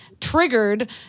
triggered